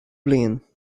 bliain